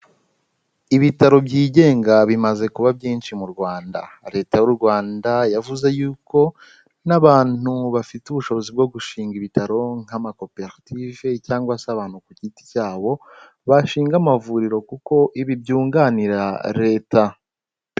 Ibitaro byigenga bimaze kuba byinshi mu Rwanda. Leta y'u Rwanda yavuze yuko n'abantu bafite ubushobozi bwo gushinga ibitaro nk'amakoperative cyangwa se abantu ku giti cyabo bashinga amavuriro kuko ibi byunganira Leta.